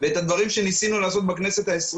לעשות את הדברים שניסינו לעשות בכנסת ה-20